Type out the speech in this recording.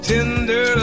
Tender